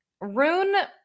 Rune